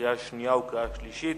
קריאה שנייה וקריאה שלישית.